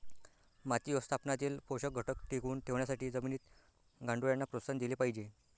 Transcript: माती व्यवस्थापनातील पोषक घटक टिकवून ठेवण्यासाठी जमिनीत गांडुळांना प्रोत्साहन दिले पाहिजे